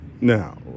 Now